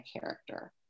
character